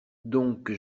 donc